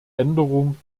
änderung